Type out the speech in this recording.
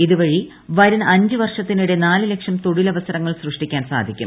ഇതുവഴി വരുന്ന അഞ്ച് വർഷത്തിനിടെ നാല് ലക്ഷം തൊഴിലവസരങ്ങൾ സൃഷ്ടിക്കാൻ സാധിക്കും